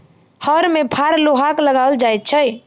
हर मे फार लोहाक लगाओल जाइत छै